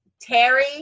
Terry